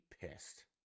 pissed